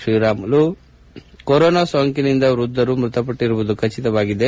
Sriramulu corona ಸೋಂಕಿನಿಂದ ವೃದ್ದರು ಮೃತಪಟ್ಟರುವುದು ಈಗ ಖಚಿತವಾಗಿದೆ